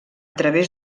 través